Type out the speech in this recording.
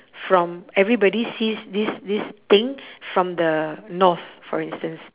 from everybody sees this this thing from the north for instance